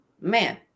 man